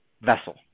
vessel